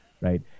right